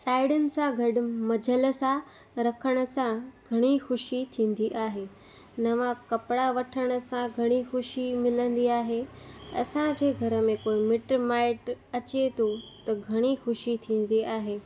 साहेड़ियुनि सां गॾु मजिलस आहे रखण सां घणी ख़ुशी थींदी आहे नवां कपिड़ा वठण सां घणी ख़ुशी मिलंदी आहे असांजे घर में कोई मिट माइट अचे थो त घणी ख़ुशी थींदी आहे